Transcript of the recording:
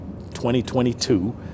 2022